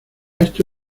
esto